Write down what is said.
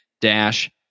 dash